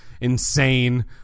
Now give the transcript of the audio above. insane